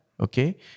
Okay